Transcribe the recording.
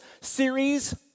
series